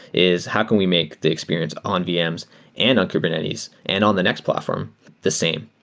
is how can we make the experience on vms and on kubernetes and on the next platform the same?